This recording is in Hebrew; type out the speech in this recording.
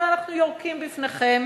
אבל אנחנו יורקים בפניכם